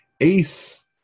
Ace